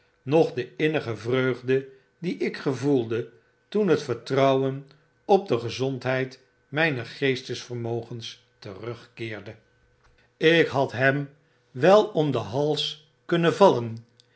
noch de innige vreugde die ik gevoelde toen het vertrouwen op de gezondheid mijner geestvermogens terugkeerde ik had hem wel om den hals kunnen vallen